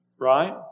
right